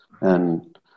And-